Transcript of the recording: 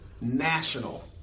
national